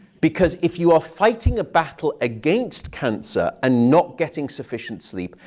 because if you are fighting a battle against cancer and not getting sufficient sleep,